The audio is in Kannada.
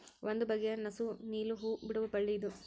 ಒಂದು ಬಗೆಯ ನಸು ನೇಲು ಹೂ ಬಿಡುವ ಬಳ್ಳಿ ಇದು